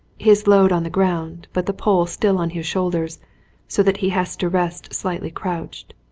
his load on the ground but the pole still on his shoulders so that he has to rest slightly crouched,